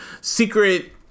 secret